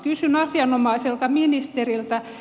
kysyn asianomaiselta ministeriltä